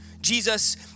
Jesus